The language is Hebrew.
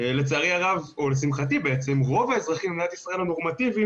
לצערי הרב בעצם לשמחתי רוב האזרחים במדינת ישראל הם אזרחים